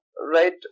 Right